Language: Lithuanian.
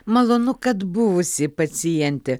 malonu kad buvusi pacientė